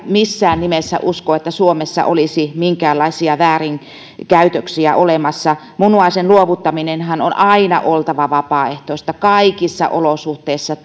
missään nimessä usko että suomessa olisi minkäänlaisia väärinkäytöksiä olemassa munuaisen luovuttamisenhan on aina oltava vapaaehtoista kaikissa olosuhteissa